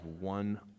one